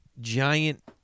giant